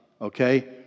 okay